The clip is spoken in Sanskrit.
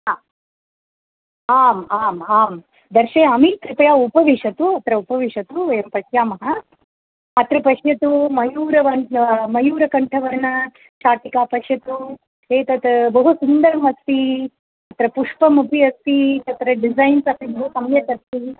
हा आम् आम् आं दर्शयामि कृपया उपविशतु अत्र उपविशतु वयं पश्यामः अत्र पश्यतु मयूरवर्ण मयूरकण्ठवर्णशाटिकां पश्यतु एतत् बहु सुन्दरम् अस्ति अत्र पुष्पमपि अस्ति अत्र डिसैन्स् अपि बहु सम्यक् अस्ति